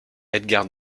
edgar